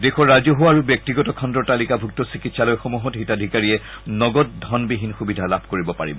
দেশৰ ৰাজহুৱা আৰু ব্যক্তিগত খণ্ডৰ তালিকাভুক্ত চিকিৎসালয়সমূহত হিতাধিকাৰীয়ে নগদ ধনবিহীন সুবিধা লাভ কৰিব পাৰিব